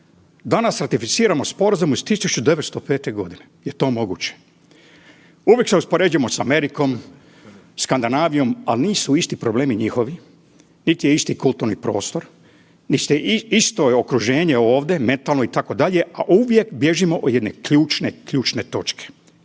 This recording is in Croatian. Danas ratificiramo sporazum iz 1905. g. Je li to moguće? Uvijek se uspoređujemo sa Amerikom, Skandinavijom, ali nisu isti problemi njihovi niti je isti kulturni prostor, isto je okruženje ovdje, metalno itd., a uvijek bježimo od jedne ključne, ključne točke.